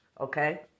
okay